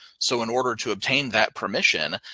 so in order to obtain that permission,